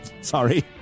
sorry